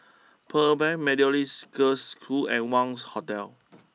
Pearl Bank Methodist Girls' School and Wangz Hotel